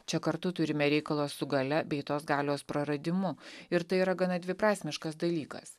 čia kartu turime reikalą su galia bei tos galios praradimu ir tai yra gana dviprasmiškas dalykas